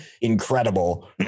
incredible